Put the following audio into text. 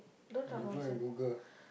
you go and Google